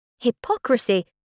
Hypocrisy